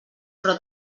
però